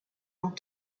point